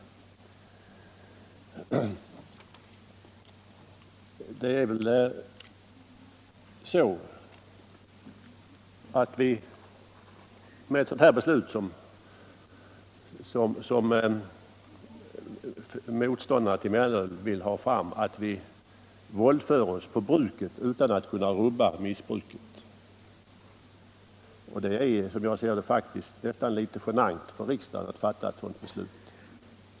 Med ett sådant beslut som motståndarna till mellanölet vill att vi skall fatta våldför vi oss på bruket utan att kunna rubba missbruket, och det är nästan litet genant för riksdagen att fatta ett sådant beslut.